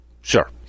sure